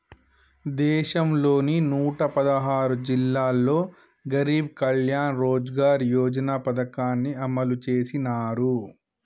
దేశంలోని నూట పదహారు జిల్లాల్లో గరీబ్ కళ్యాణ్ రోజ్గార్ యోజన పథకాన్ని అమలు చేసినారు